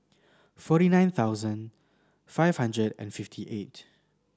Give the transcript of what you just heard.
forty nine thousand five hundred and fifty eight